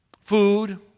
food